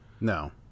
No